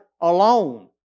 alone